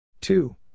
Two